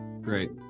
great